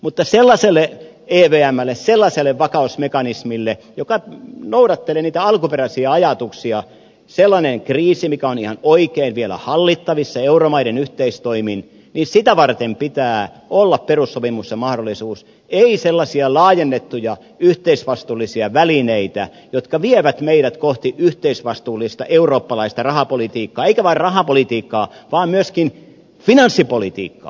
mutta sellaiselle evmlle sellaiselle vakausmekanismille joka noudattelee niitä alkuperäisiä ajatuksia sellaista kriisiä varten mikä on ihan oikein vielä hallittavissa euromaiden yhteistoimin pitää olla perussopimuksen mahdollisuus ei sellaisia laajennettuja yhteisvastuullisia välineitä jotka vievät meidät kohti yhteisvastuullista eurooppalaista rahapolitiikkaa eikä vain rahapolitiikkaa vaan myöskin finanssipolitiikkaa